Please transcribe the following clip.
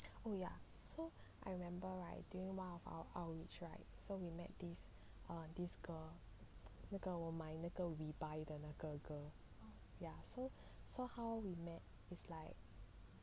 oh ya so I remember right during one of our outreach right so we met this !wah! this girl 那个我买那个 webuy by 的那个 girl so how we met is like